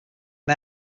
was